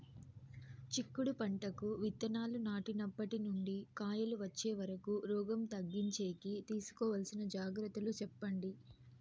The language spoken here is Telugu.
చిక్కుడు పంటకు విత్తనాలు నాటినప్పటి నుండి కాయలు వచ్చే వరకు రోగం తగ్గించేకి తీసుకోవాల్సిన జాగ్రత్తలు చెప్పండి?